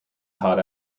taught